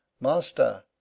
Master